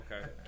Okay